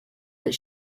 that